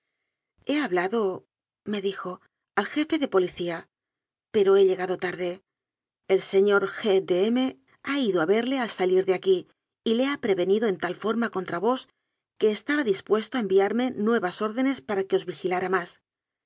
noticia he habladome dijoal jefe de policía pero he llegado tarde el señor g de m ha ido a verle al salir de aquí y le ha prevenido en tal forma contra vos que estaba dispuesto a en viarme nuevas órdenes para que os vigilara más